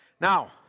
Now